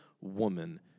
woman